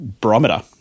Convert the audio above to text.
barometer